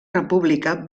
república